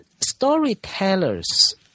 Storytellers